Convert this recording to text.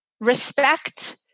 Respect